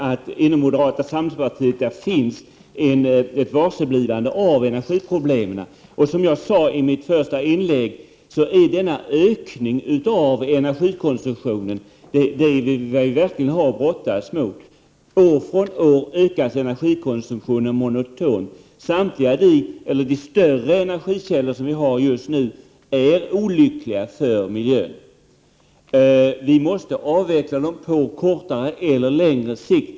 Fru talman! I moderata samlingspartiet finns det ett varseblivande av energiproblemen. Som jag sade i mitt första inlägg är denna ökning av energikonsumtionen det som vi verkligen har att brottas med. År från år ökas energikonsumtionen monotont. Samtliga de större energikällor som vi just nu har är olyckliga för miljön. Vi måste avveckla dem på kortare eller längre sikt.